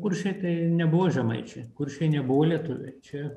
kuršiai tai nebuvo žemaičiai kuršiai nebuvo lietuviai čia